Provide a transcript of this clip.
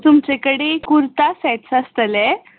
तुमचे कडेन कुर्ता सॅट्स आसतले